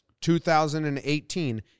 2018